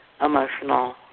emotional